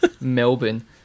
Melbourne